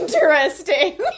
Interesting